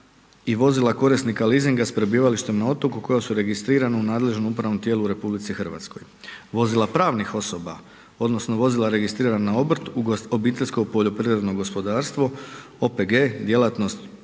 i vozila korisnika leasinga s prebivalištem na otoku koja su registrirana u nadležnom upravnom tijelu u RH. Vozila pravnih osoba odnosno vozila registriran na obrt, OPG, djelatnost